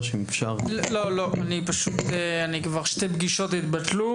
אני עורך דין ומייצג את עמותת אוהדי בית"ר.